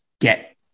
get